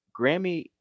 Grammy